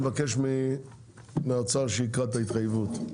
אני מבקש מהאוצר שייקרא את ההתחייבויות,